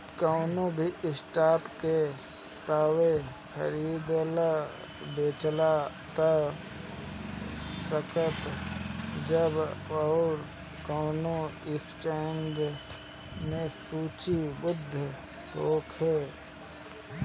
कवनो भी स्टॉक के तबे खरीदल बेचल जा सकत ह जब उ कवनो एक्सचेंज में सूचीबद्ध होखे